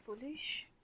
foolish